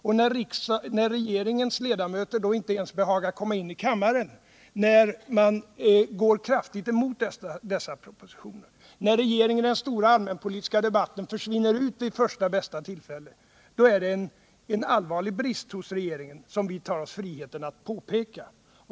Och då regeringens ledamöter inte ens behagar komma in i kammaren när man går kraftigt emot propositionerna, när regeringsledamöterna under den stora allmänpolitiska debatten försvinner ut ur kammaren vid första bästa tillfälle, så är det en allvarlig brist hos regeringen, som vi tar oss friheten att påpeka.